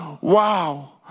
Wow